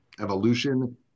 evolution